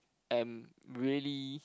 am really